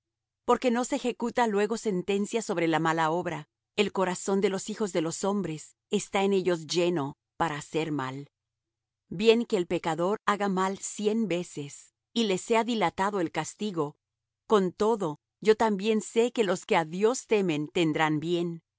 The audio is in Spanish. porque no se ejecuta luego sentencia sobre la mala obra el corazón de los hijos de los hombres está en ellos lleno para hacer mal bien que el pecador haga mal cien veces y le sea dilatado el castigo con todo yo también sé que los que á dios temen tendrán bien